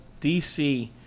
DC